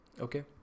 okay